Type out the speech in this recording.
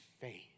faith